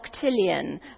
octillion